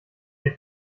mir